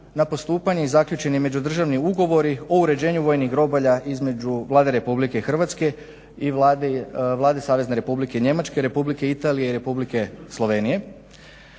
na postupanje i zaključeni međudržavni ugovori o uređenju vojnih groblja između Vlade Republike Hrvatske i Vlade Savezne Republike Njemačke, Republike Italije i Republike Slovenije,